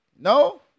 No